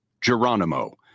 geronimo